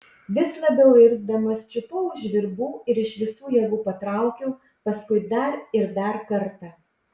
vis labiau irzdamas čiupau už virbų ir iš visų jėgų patraukiau paskui dar ir dar kartą